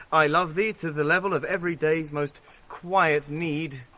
i love thee to the level of every day's most quiet need.